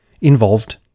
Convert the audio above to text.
involved